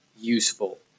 useful